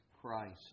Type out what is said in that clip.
Christ